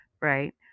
right